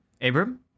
Abram